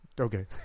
okay